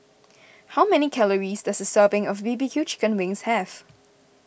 how many calories does a serving of B B Q Chicken Wings have